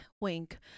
wink